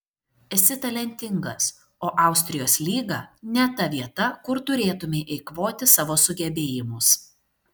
esi talentingas o austrijos lyga ne ta vieta kur turėtumei eikvoti savo sugebėjimus